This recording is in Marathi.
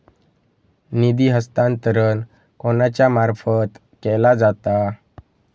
निधी हस्तांतरण कोणाच्या मार्फत केला जाता?